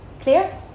Clear